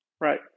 right